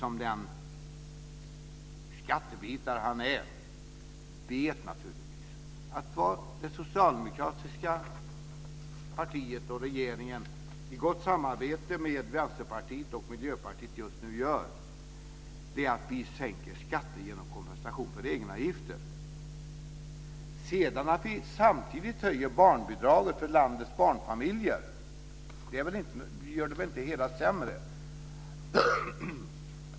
Som den skattebitare Rolf Kenneryd är, vet han naturligtvis att det socialdemokratiska partiet och regeringen i gott samarbete med Vänsterpartiet och Miljöpartiet just nu sänker skatter genom kompensation för egenavgifter. Att vi samtidigt höjer barnbidraget för landets barnfamiljer gör väl inte det hela sämre?